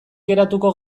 geratuko